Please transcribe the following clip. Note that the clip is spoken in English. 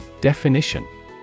DEFINITION